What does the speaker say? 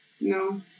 No